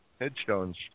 headstones